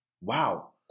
wow